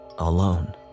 alone